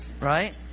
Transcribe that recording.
Right